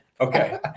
Okay